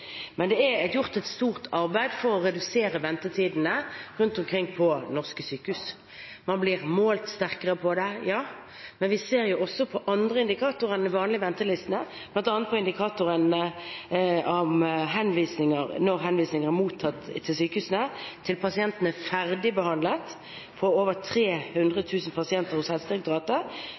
Men det er gjort et stort arbeid for å redusere ventetidene rundt omkring på norske sykehus. Man blir målt på det i sterkere grad, og vi ser også på andre indikatorer enn de vanlige ventelistene, bl.a. indikatoren fra når henvisningene er mottatt på sykehusene, til pasientene er ferdigbehandlet – tall fra Helsedirektoratet for over 300 000 pasienter.